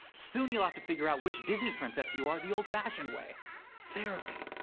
soon you'll have to figure out which disney princess you are the old fashioned way therapy.